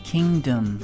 Kingdom